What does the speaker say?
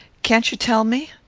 can't you tell me?